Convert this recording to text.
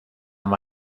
been